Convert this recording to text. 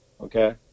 okay